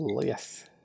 Yes